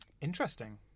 Interesting